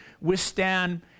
withstand